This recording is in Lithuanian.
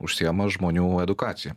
užsiima žmonių edukacija